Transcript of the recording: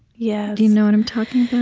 yeah do you know what i'm talking